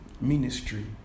ministry